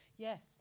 Yes